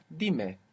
Dime